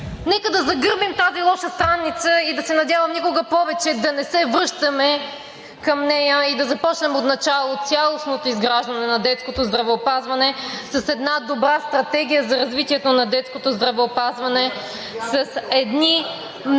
Нека да загърбим тази лоша страница, да се надявам никога повече да не се връщаме към нея, и да започнем отначало цялостното изграждане на детското здравеопазване с една добра стратегия за развитието на детското здравеопазване, с едни